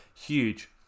Huge